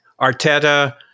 Arteta